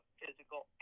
physical